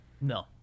No